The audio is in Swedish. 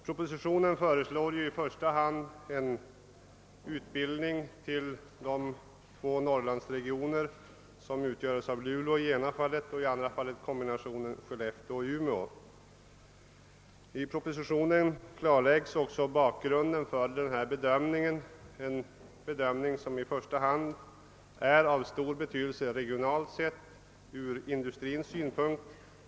Propositionen föreslår en utbyggnad av den tekniska utbildningen och forskningen i två Norrlandsregioner —-- dels i Luleå, dels i Skellefteå-Umeåområdet. I propositionen redogörs också för bakgrunden till denna bedömning. En sådan förläggning är av stor betydelse för industrin i dessa regioner.